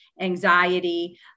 anxiety